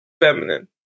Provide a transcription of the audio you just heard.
Feminine